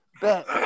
Bet